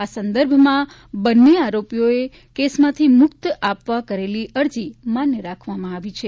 આ સંદર્ભમાં બંને આરોપીઓએ કેસમાંથી મુક્ત આપવા કરેલી અરજી માન્ય રાખવામાં આવે છે